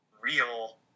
real